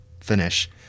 finish